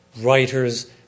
writers